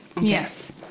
yes